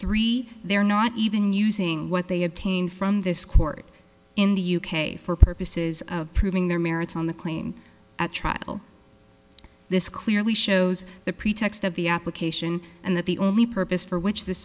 three they're not even using what they obtained from this court in the u k for purposes of proving their merits on the claim at trial this clearly shows the pretext of the application and that the only purpose for which this